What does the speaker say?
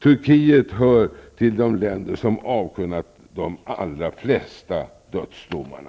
Turkiet hör till de länder som avkunnat de allra flesta dödsdomarna.